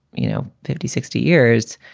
you know, fifty, sixty years,